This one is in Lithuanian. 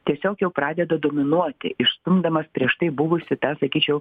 tiesiog jau pradeda dominuoti išstumdamas prieš tai buvusi tą sakyčiau